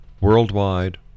worldwide